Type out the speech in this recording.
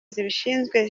zibishinzwe